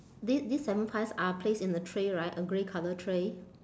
thi~ these seven pies are placed in a tray right a grey colour tray